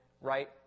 right